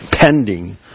pending